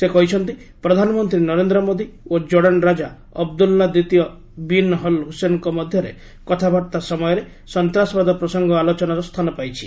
ସେ କହିଛନ୍ତି ପ୍ରଧାନମନ୍ତ୍ରୀ ନରେନ୍ଦ୍ର ମୋଦି ଓ ଜୋର୍ଡ଼ାନ୍ ରାଜା ଅବଦୁଲ୍ଲା ଦ୍ୱିତୀୟ ବିନ୍ ଅଲ୍ ହୁସେନ୍ଙ୍କ ମଧ୍ୟରେ କଥାବାର୍ତ୍ତା ସମୟରେ ସନ୍ତାସବାଦ ପ୍ରସଙ୍ଗ ଆଲୋଚନାରେ ସ୍ଥାନ ପାଇଛି